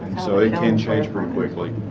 so it can't change very quickly